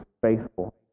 faithful